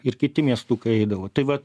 ir kiti miestukai eidavo tai va